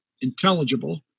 intelligible